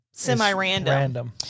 semi-random